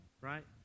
Right